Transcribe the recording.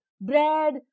bread